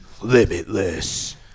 Limitless